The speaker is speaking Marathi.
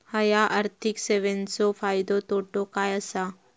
हया आर्थिक सेवेंचो फायदो तोटो काय आसा?